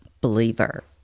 believer